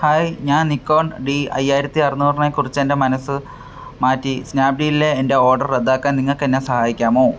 hi ഞാൻ Nikon D അയ്യായിരത്തി അറുനൂറിനെക്കുറിച് എൻ്റെ മനസ്സ് മാറ്റി സ്നാപ്ഡീലിലെ എൻ്റെ ഓർഡർ റദ്ദാക്കാൻ നിങ്ങൾക്ക് എന്നെ സഹായിക്കാമോ